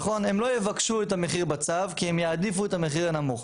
הם לא יבקשו את המחיר בצו כי הם יעדיפו את המחיר הנמוך.